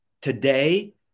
Today